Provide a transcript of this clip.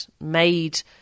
made